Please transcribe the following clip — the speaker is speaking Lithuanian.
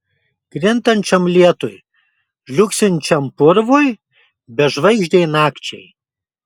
krintančiam lietui žliugsinčiam purvui bežvaigždei nakčiai